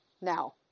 Now